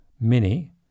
Mini